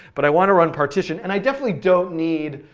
but i want to run partition, and i definitely don't need